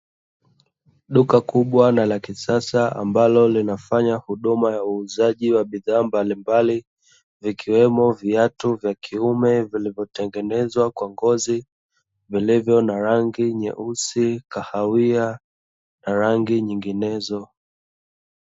Duka kubwa na la kisasa, ambalo linafanya huduma ya uuzaji wa bidhaa mbalimbali, ikiwemo viatu vya kiume vilivyotengenezwa kwa ngozi, vilivyo na rangi nyeusi, kahawia na rangi nyinginezo.